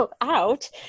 out